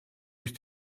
ist